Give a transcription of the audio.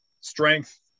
strength